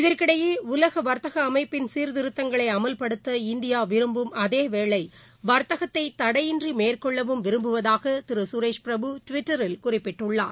இதற்கிடையே உலக வா்த்தக அமைப்பின் சீர்திருத்தங்களை அமல்படுத்த இந்தியா விரும்பும் அதேவேளை வா்த்தகத்தை தடையின்றி மேற்கொள்ளவும் விரும்புவதாக திரு கரேஷ் பிரபு டுவிட்டரில் குறிப்பிட்டுள்ளார்